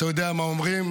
אתה יודע מה אומרים,